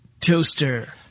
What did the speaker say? toaster